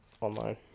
online